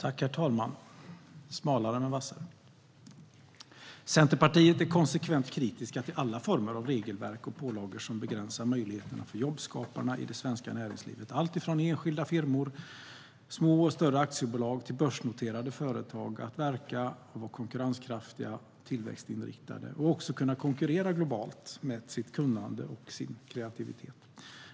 Herr talman! Smalare men vassare! Centerpartiet är konsekvent kritiskt till alla former av regelverk och pålagor som begränsar möjligheterna för jobbskaparna i det svenska näringslivet - det är allt från enskilda firmor, små och större aktiebolag till börsnoterade företag - att verka, vara konkurrenskraftiga och tillväxtinriktade, liksom kunna konkurrera globalt med sitt kunnande och sin kreativitet.